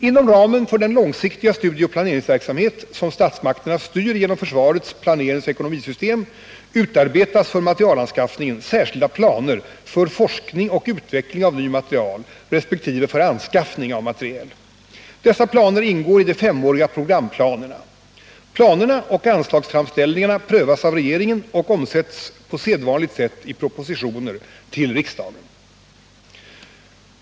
Inom ramen för den långsiktiga studieoch planeringsverksamhet, som statsmakterna styr genom försvarets planeringsoch ekonomisystem, utarbetas för materielanskaffningen särskilda planer för forskning och utveckling av ny materiel resp. för anskaffning av materiel. Dessa planer ingår i de 5 åriga programplanerna. Planerna och anslagsframställningarna prövas av regeringen och omsätts på sedvanligt sätt i propositioner till riksdagen.